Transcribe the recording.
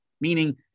meaning